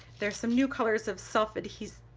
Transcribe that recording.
there are some new colors of self-adhesive,